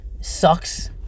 sucks